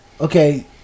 Okay